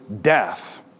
death